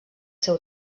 seu